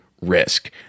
risk